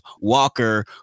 Walker